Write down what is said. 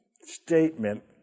statement